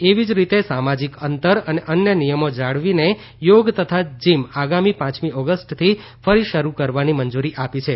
એવી જ રીતે સામાજિક અંતર અને અન્ય નિયમો જાળવીને યોગ તથા જીમ આગામી પાંચમી ઓગસ્ટથી ફરી શરૂ કરવાની મંજુરી આપી છે